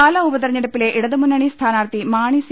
പാല ഉപതിരഞ്ഞെടുപ്പിലെ ഇടതുമുന്നണി സ്ഥാനാർഥി മാണി സി